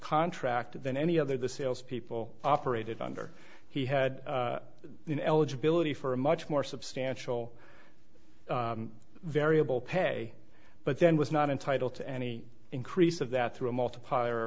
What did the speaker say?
contractor than any other the salespeople operated under he had in eligibility for a much more substantial variable pay but then was not entitled to any increase of that through a multiplier